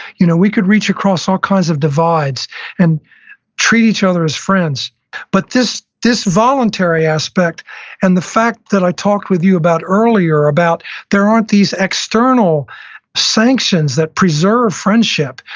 you know we could reach across all kinds of divides and treat each other as friends but this this voluntary aspect and the fact that i talked with you about earlier, about there aren't these external sanctions that preserve friendship,